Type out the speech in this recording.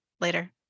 later